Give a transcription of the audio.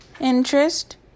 interest